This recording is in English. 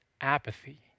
apathy